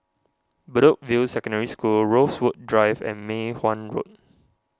Bedok View Secondary School Rosewood Drive and Mei Hwan Road